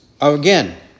Again